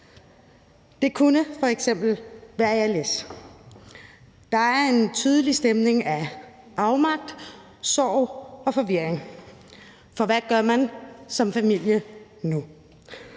Det kunne f.eks. være ms. Der er en tydelig stemning af afmagt, sorg og forvirring, for hvad gør man som familie nu?